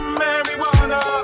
marijuana